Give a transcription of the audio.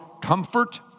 comfort